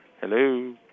Hello